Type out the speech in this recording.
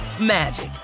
magic